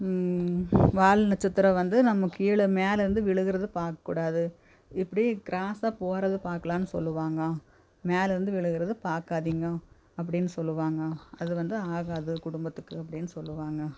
வால் நட்சத்திரம் வந்து நம்ம கீழே மேல இருந்து விழுகிறத பார்க்க கூடாது இப்படி கிராஸாக போகிறத பார்க்கலான்னு சொல்லுவாங்க மேல இருந்து விழுகிறத பார்க்காதிங்க அப்படினு சொல்லுவாங்க அது வந்து ஆகாது குடும்பத்துக்கு அப்படினு சொல்லுவாங்க